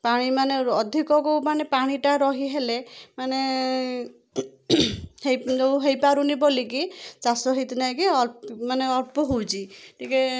ପାଣି ମାନେ ଅଧିକକୁ ମାନେ ପାଣିଟା ରହିହେଲେ ମାନେ ହେଇପାରୁନି ବୋଲିକି ଚାଷ ସେଇଥିନାଗି ମାନେ ଅଳ୍ପ ହଉଛି ଟିକେ